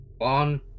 One